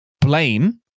blame